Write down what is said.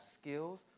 skills